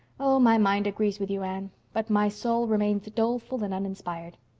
oh, my mind agrees with you, anne. but my soul remains doleful and uninspired.